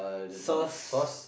sauce